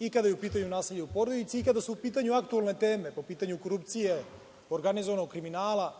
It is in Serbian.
i kada je u pitanju nasilje u porodici i kada su u pitanju aktuelne teme po pitanju korupcije, organizovanog kriminala,